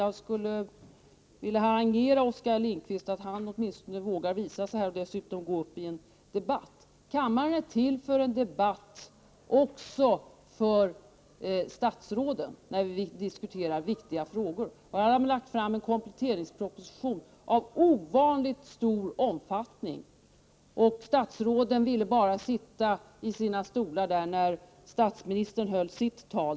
Jag vill harangera Oskar Lindkvist för att han åtminstone vågar visa sig här och dessutom gå upp i en debatt. Kammaren är till för debatt också med statsråden när viktiga frågor behandlas. Det har nu lagts fram en kompletteringsproposition av ovanligt stor omfattning. Statsråden ville sitta i sina stolar bara medan statsministern höll sitt anförande.